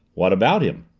what about him?